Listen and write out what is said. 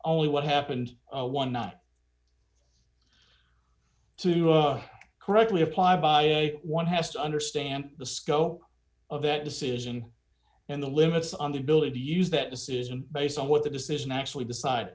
only what happened one night to correctly apply by one has to understand the scope of that decision and the limits on the ability to use that decision based on what the decision actually decide